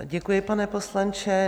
Děkuji, pane poslanče.